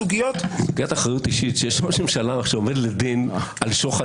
סוגיית אחריות אישית כשיש ראש ממשלה שעומד לדין על שוחד,